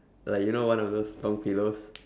like you know one of those long pillows